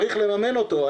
צריך לממן אותו.